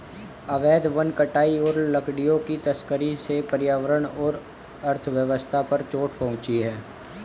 अवैध वन कटाई और लकड़ियों की तस्करी से पर्यावरण और अर्थव्यवस्था पर चोट पहुँचती है